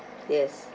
yes